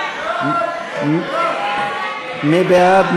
מי בעד?